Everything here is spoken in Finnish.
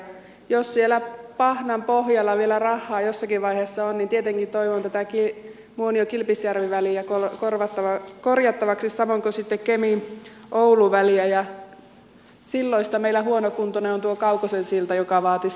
jos siellä pahnan pohjalla vielä rahaa jossakin vaiheessa on niin tietenkin toivon tätä muoniokilpisjärvi väliä korjattavaksi samoin kuin sitten kemioulu väliä ja silloista meillä huonokuntoinen on tuo kaukosen silta joka vaatisi pikaista rahoitusta